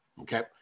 Okay